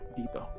dito